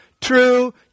true